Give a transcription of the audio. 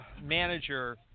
manager